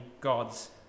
God's